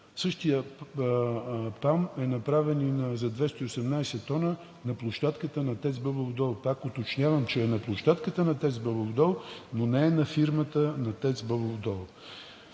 Същият там е направен и за 218 тона на площадката на ТЕЦ „Бобов дол“. Пак уточнявам, че е на площадката на ТЕЦ „Бобов дол“, но не е на фирмата на ТЕЦ „Бобов дол“.